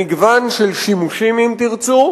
למגוון של שימושים, אם תרצו,